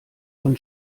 von